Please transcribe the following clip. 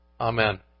Amen